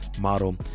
model